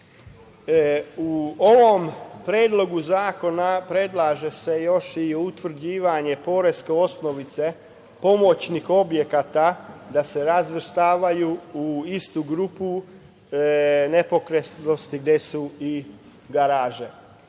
ovom predlogu zakona predlaže se još je i utvrđivanje poreske osnovice pomoćnih objekata da se razvrstavaju u istu grupu nepokretnosti gde su i garaže. Kao